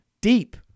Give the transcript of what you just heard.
deep